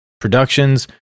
productions